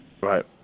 Right